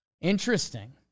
Interesting